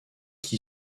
qui